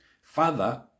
Father